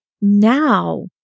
now